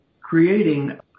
creating